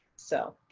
so,